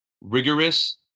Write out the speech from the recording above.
rigorous